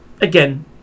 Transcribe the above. again